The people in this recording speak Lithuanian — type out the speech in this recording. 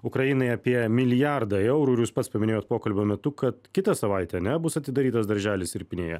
ukrainai apie milijardą eurų ir jūs pats paminėjot pokalbio metu kad kitą savaitę a ne bus atidarytas darželis ir pinėja